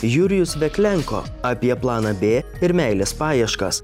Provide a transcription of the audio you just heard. jurijus veklenko apie planą bė ir meilės paieškas